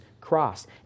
cross